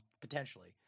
potentially